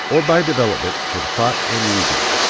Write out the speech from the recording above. or by development from thought and reading.